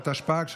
התשפ"ג,